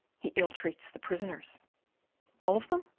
he ill-treats the prisoners. all of them?